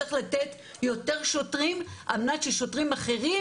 צריך לתת יותר שוטרים על מנת ששוטרים אחרים